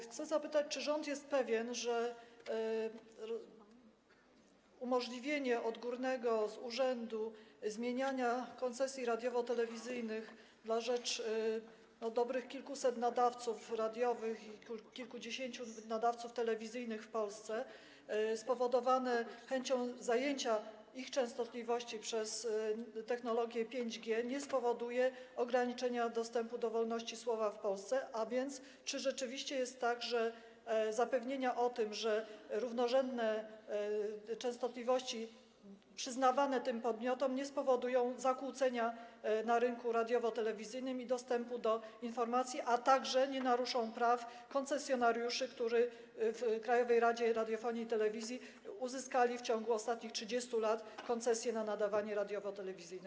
Chcę zapytać, czy rząd jest pewien, że umożliwienie odgórnego, z urzędu zmieniania koncesji radiowo-telewizyjnych na rzecz dobrych kilkuset nadawców radiowych i kilkudziesięciu nadawców telewizyjnych w Polsce, spowodowane chęcią zajęcia ich częstotliwości przez technologię 5G, nie spowoduje ograniczenia dostępu do wolności słowa w Polsce, a więc czy rzeczywiście jest tak, że zapewnienia o tym, że równorzędne częstotliwości przyznawane tym podmiotom nie spowodują zakłócenia na rynku radiowo-telewizyjnym ani dostępu do informacji, a także nie naruszą praw koncesjonariuszy, którzy w Krajowej Radzie Radiofonii i Telewizji uzyskali w ciągu ostatnich 30 lat koncesję na nadawanie radiowo-telewizyjne.